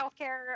healthcare